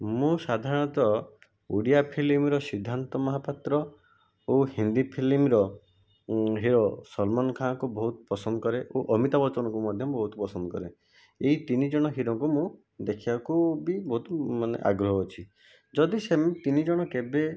ମୁଁ ସାଧାରଣତଃ ଓଡ଼ିଆ ଫିଲ୍ମର ସିଦ୍ଧାନ୍ତ ମହାପାତ୍ର ଓ ହିନ୍ଦୀ ଫିଲ୍ମର ହିରୋ ସଲମାନ୍ ଖାଁକୁ ବହୁତ ପସନ୍ଦ କରେ ଓ ଅମିତାଭ୍ ବଚନକୁ ମଧ୍ୟ ବହୁତ ପସନ୍ଦକରେ ଏଇ ତିନିଜଣ ହିରୋଙ୍କୁ ମୁଁ ଦେଖିବାକୁ ବି ବହୁତ ମାନେ ଆଗ୍ରହ ଅଛି ଯଦି ସେ ତିନିଜଣ କେବେ